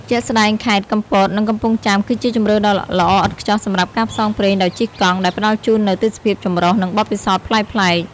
ជាក់ស្ដែង ខេត្ត កំពត និង កំពង់ចាម គឺជាជម្រើសដ៏ល្អឥតខ្ចោះសម្រាប់ការផ្សងព្រេងដោយជិះកង់ ដែលផ្តល់ជូននូវទេសភាពចម្រុះ និងបទពិសោធន៍ប្លែកៗ។